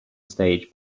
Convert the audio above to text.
stage